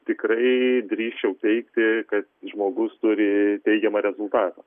tikrai drįsčiau teigti kad žmogus turi teigiamą rezultatą